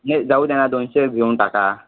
नाही जाऊ द्या ना दोनशे घेऊन टाका